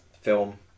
film